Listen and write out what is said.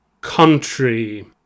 country